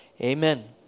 amen